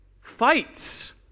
fights